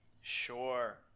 sure